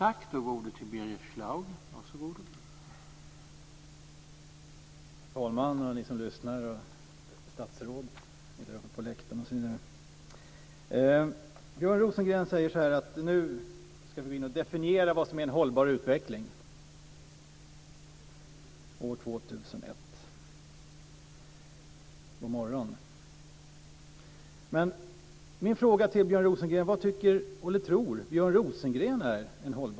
Herr talman, ni som lyssnar på läktaren, herr statsråd! Björn Rosengren säger att vi nu ska definiera vad som är en hållbar utveckling år 2001. God morgon! Vad tror Björn Rosengren är en hållbar utveckling?